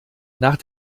nach